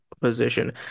position